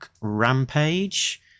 Rampage